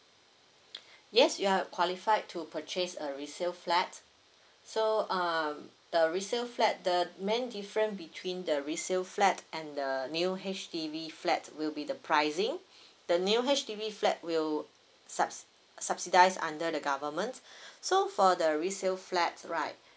yes you are qualified to purchase a resale flat so uh the resale flat the main different between the resale flat and the new H_D_B flat will be the pricing the new H_D_B flat will subs~ subsidized under the government so for the resale flat right